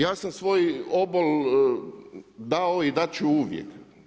Ja sam svoj obol dao i dati ću uvijek.